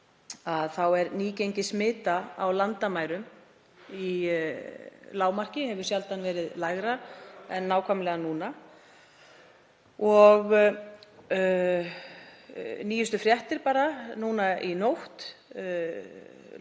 þá er nýgengi smita á landamærum í lágmarki, hefur sjaldan verið lægra en nákvæmlega núna. Nýjustu fréttir, bara nú í nótt, eru